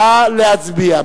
נא להצביע.